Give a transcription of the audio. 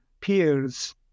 peers